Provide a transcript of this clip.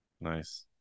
Nice